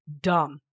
dumb